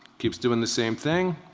keeps doing the same thing.